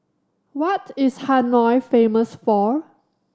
what is Hanoi famous for